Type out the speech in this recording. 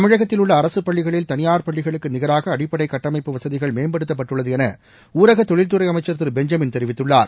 தமிழகத்தில் உள்ள அரசுப் பள்ளிகளில் தனியார் பள்ளிகளுக்கு நிகராக அடிப்படை கட்டமைப்பு வசதிகள் மேம்படுத்தப்பட்டுள்ளது என ஊரக தொழில்துறை அமைச்சர் திரு பென்ஜமின் தெரிவித்துள்ளார்